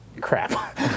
Crap